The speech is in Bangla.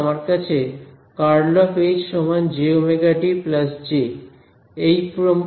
আমার আছে ∇× H সমান jωD J